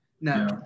No